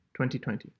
2020